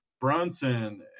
Brunson